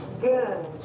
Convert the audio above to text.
Good